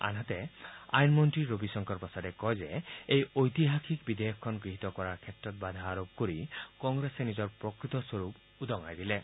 আনহাতে আইনমন্ত্ৰী ৰবিশংকৰ প্ৰসাদে কয় যে এই ঐতিহাসিক বিধেয়কখন গৃহীত কৰাৰ ক্ষেত্ৰত বাধা আৰোপ কৰি কংগ্ৰেছে নিজৰ প্ৰকৃত স্বৰূপ উদঙাই দিলে